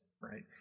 right